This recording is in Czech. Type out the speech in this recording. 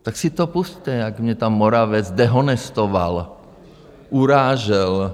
Tak si to pusťte, jak mě tam Moravec dehonestoval, urážel.